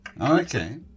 Okay